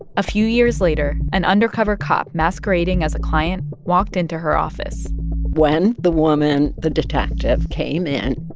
a few years later, an undercover cop masquerading as a client walked into her office when the woman, the detective, came in,